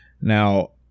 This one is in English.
Now